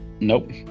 nope